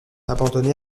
abandonnés